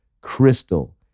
crystal